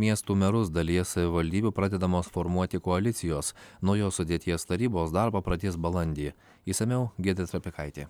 miestų merus dalyje savivaldybių pradedamos formuoti koalicijos naujos sudėties tarybos darbą pradės balandį išsamiau giedrė trapikaitė